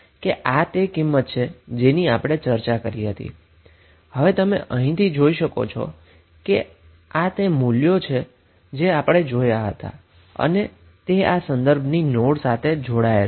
તો આપણે જેની ચર્ચા કરી છે તે તમે સરળતાથી અહીં જોઈ શકો છો કે આ તે મૂલ્યો છે જે આપણે જોયા છે અને હવે આ રેફેરન્સ નોડની સાથે જોડાયેલ છે